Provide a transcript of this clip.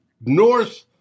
north